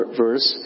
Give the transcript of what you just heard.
verse